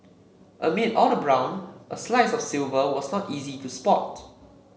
amid all the brown a slice of silver was not easy to spot